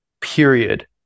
period